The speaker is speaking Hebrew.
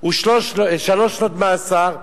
זה שלוש שנות מאסר,